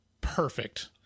perfect